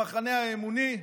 במחנה האמוני,